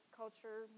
culture